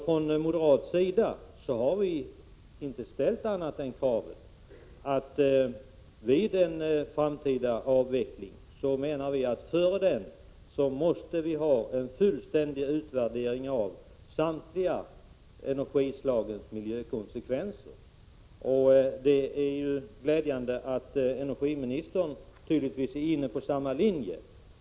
Från moderata samlingspartiets sida har vi inte ställt några andra krav än att innan en framtida avveckling sker måste en fullständig utvärdering av samtliga energislags miljökonsekvenser göras. Det är glädjande att energiministern tydligen är inne på samma linje.